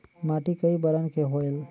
माटी कई बरन के होयल?